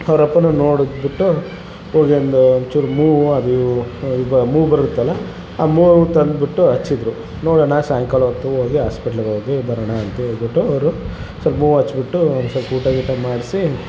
ಅವ್ರ್ ಅಪ್ಪ ನೋಡಿಬಿಟ್ಟು ಹೋಗಿ ಒಂದು ಒಂಚೂರು ಮೂವು ಅದು ಈಗ ಮೂ ಬರುತ್ತಲ್ಲಾ ಆ ಮೂವು ತಂದುಬಿಟ್ಟು ಹಚ್ಚಿದ್ರು ನೋಡೋಣ ಸಾಯಂಕಾಲ ಹೊತ್ತು ಹೋಗಿ ಹಾಸ್ಪಿಟ್ಲಿಗೆ ಹೋಗಿ ಬರೋಣ ಅಂತ ಹೇಳಿಬಿಟ್ಟು ಅವರು ಸ್ವಲ್ಪ್ ಮೂವ್ ಹಚ್ಬಿಟ್ಟು ಸ್ವಲ್ಪ್ ಊಟ ಗೀಟ ಮಾಡಿಸಿ